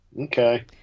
Okay